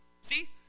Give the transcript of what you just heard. See